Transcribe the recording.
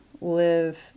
live